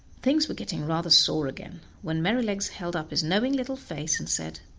things were getting rather sore again, when merrylegs held up his knowing little face and said,